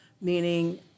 meaning